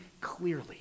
clearly